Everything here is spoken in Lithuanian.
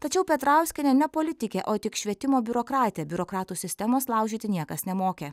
tačiau petrauskienė ne politikė o tik švietimo biurokratė biurokratų sistemos laužyti niekas nemokė